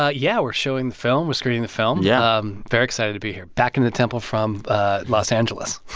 ah yeah. we're showing the film. we're screening the film. yeah um very excited to be here back in the temple from ah los angeles